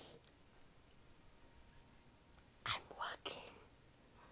I'm working